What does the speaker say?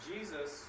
Jesus